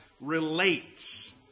relates